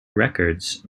records